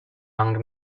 young